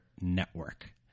network